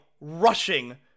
rushing